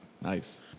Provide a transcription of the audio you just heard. Nice